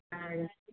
ஆ